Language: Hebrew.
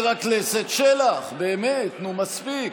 הכנסת שלח, באמת, נו, מספיק.